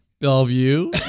Bellevue